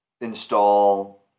install